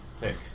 pick